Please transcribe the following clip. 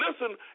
listen